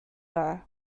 dda